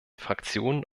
fraktionen